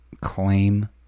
Claim